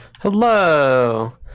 Hello